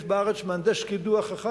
יש בארץ מהנדס קידוח אחד.